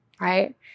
Right